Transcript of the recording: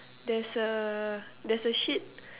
there's a there's a sheet